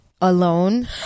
alone